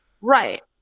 right